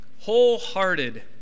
wholehearted